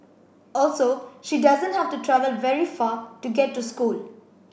also she doesn't have to travel very far to get to school